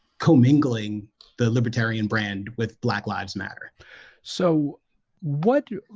commingling the libertarian brand with black lives matter so what?